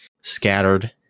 scattered